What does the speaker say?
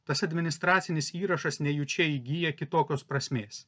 tas administracinis įrašas nejučia įgyja kitokios prasmės